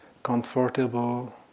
comfortable